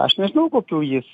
aš nežinau kokių jis